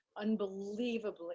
unbelievably